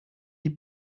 die